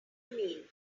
mean